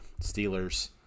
Steelers